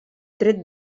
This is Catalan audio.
tret